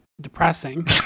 depressing